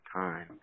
time